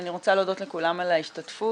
אני רוצה להודות לכולם על ההשתתפות.